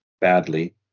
badly